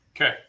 Okay